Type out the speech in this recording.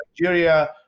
Nigeria